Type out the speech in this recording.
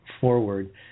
forward